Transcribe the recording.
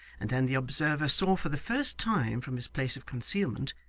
and then the observer saw for the first time, from his place of concealment,